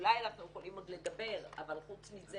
אולי אנחנו יכולים עוד לדבר, אבל חוץ מזה